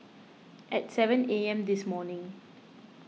at seven A M this morning